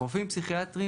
רופאים פסיכיאטרים